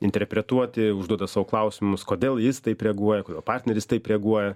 interpretuoti užduoda sau klausimus kodėl jis taip reaguoja kodėl partneris taip reaguoja